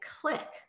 click